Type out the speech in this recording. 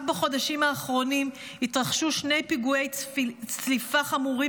רק בחודשים האחרונים התרחשו שני פיגועי צליפה חמורים